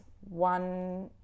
one